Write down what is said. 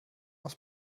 muss